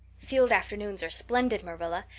field afternoons are splendid, marilla.